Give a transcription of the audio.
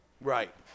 Right